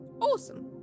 awesome